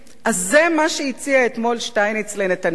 אז זה מה שהציע אתמול שטייניץ לנתניהו,